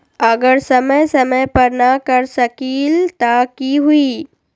अगर समय समय पर न कर सकील त कि हुई?